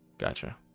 Gotcha